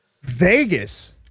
Vegas